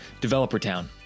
DeveloperTown